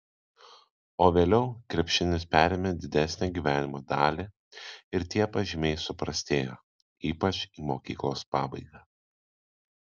o vėliau krepšinis perėmė didesnę gyvenimo dalį ir tie pažymiai suprastėjo ypač į mokyklos pabaigą